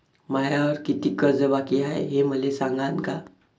मायावर कितीक कर्ज बाकी हाय, हे मले सांगान का?